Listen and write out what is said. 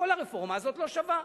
כל הרפורמה הזאת לא שווה.